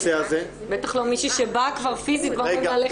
בטח לא מישהי שבאה כבר פיזית ואומרים לה,